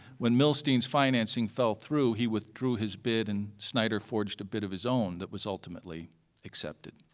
when milstein's financing fell through, he withdrew his bid and snyder forged a bid of his own that was ultimately accepted,